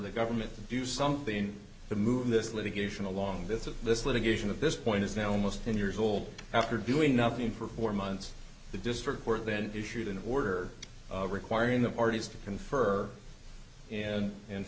the government to do something to move this litigation along this of this litigation of this point is now almost ten years old after doing nothing for four months the district court then issued an order requiring the parties to confer and and